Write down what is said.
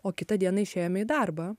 o kitą dieną išėjome į darbą